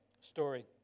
story